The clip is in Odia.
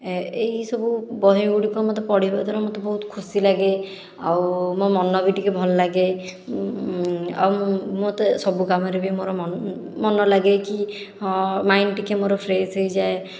ଏହିସବୁ ବହି ଗୁଡ଼ିକ ମୋତେ ପଢ଼ିବା ଦ୍ଵାରା ମୋତେ ବହୁତ ଖୁସି ଲାଗେ ଆଉ ମୋ ମନ ବି ଟିକିଏ ଭଲ ଲାଗେ ଆଉ ମୋତେ ସବୁ କାମରେ ବି ମୋର ମନ ଲାଗେ କି ହଁ ମାଇଣ୍ଡ ଟିକିଏ ମୋର ଫ୍ରେସ୍ ହୋଇଯାଏ